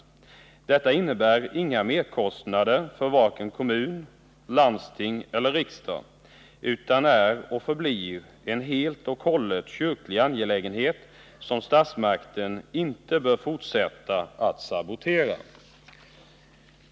En sådan här ordning medför inte några merkostnader för vare sig kommun, landsting eller riksdag, utan det är och förblir helt och hållet en kyrklig angelägenhet, som statsmakten inte bör fortsätta att sabotera.